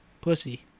pussy